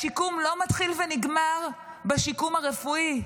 השיקום לא מתחיל ונגמר בשיקום הרפואי,